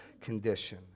condition